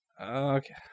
okay